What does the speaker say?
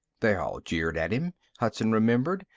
they all jeered at him, hudson remembered,